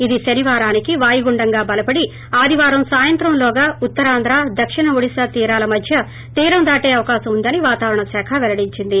ఇది శనివారానికి వాయుగుండంగొబలపడి ఆదివారం సాయంత్రంలోగా ఉత్తరాంధ్ర దక్షిణ ఒడిశా తీరాల మధ్య తీరం దాటే అవకాశం ఉందని వాతావరణ శాఖ పెల్లడించింది